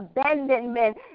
abandonment